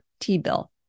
T-bill